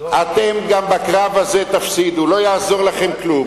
אתם גם בקרב הזה תפסידו, לא יעזור לכם כלום,